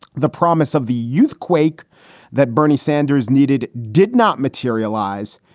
the promise of the youthquake that bernie sanders needed did not materialize.